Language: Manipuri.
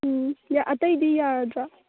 ꯎꯝ ꯑꯇꯩꯗꯤ ꯌꯥꯔꯗ꯭ꯔꯣ